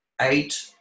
Eight